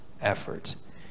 efforts